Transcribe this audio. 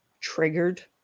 triggered